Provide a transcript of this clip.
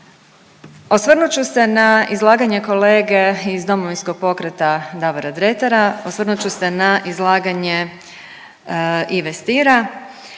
Osvrnut ću se na izlaganje kolege iz Domovinskog pokreta Davora Dretara, osvrnut ću se na izlaganje Ive Stiera